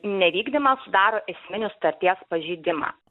nevykdymas sudaro esminį sutarties pažeidimą